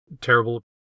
terrible